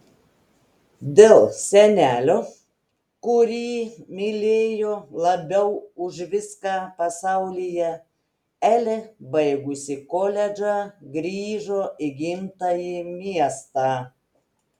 dėl senelio kurį mylėjo labiau už viską pasaulyje elė baigusi koledžą grįžo į gimtąjį miestą